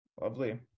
Lovely